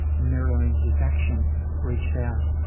mirroring his action reached out.